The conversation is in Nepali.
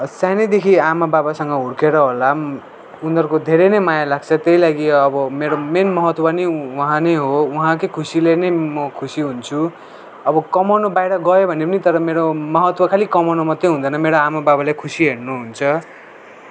सानैदेखि आमा बाबासँग हुर्केर होला उनीहरूको धेरै नै माया लाग्छ त्यहीलागि अब मेरो मेन महत्त्व नै उहाँ नै हो उहाँकै खुसीले नै म खुसी हुन्छु अब कमाउनु बाहिर गए भने पनि तर मेरो महत्त्व खाली कमाउन मात्रै हुँदैन मेरो आमा बामालाई खुसी हेर्नु हुन्छ